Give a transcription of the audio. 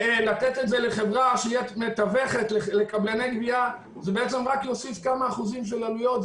לתת את זה לחברה שתתווך לקבלני גבייה זה רק יוסיף כמה אחוזים של עלויות.